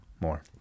more